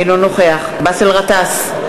אינו נוכח באסל גטאס,